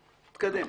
תתקדם.